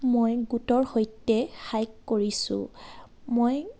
মই গোটৰ সৈতে কৰিছোঁ মই